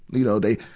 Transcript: you know, they,